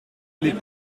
les